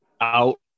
out